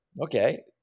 okay